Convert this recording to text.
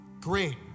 Great